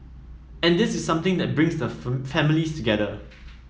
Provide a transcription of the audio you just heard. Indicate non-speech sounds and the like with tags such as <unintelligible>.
and this is something that brings the <unintelligible> families together